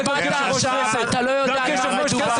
--- אתה באת עכשיו, ואתה לא יודע על מה מדובר.